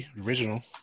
original